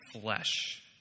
flesh